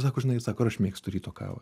sako žinai sako ir aš mėgstu ryto kavą